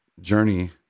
journey